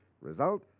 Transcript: Result